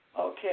Okay